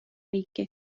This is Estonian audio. riiki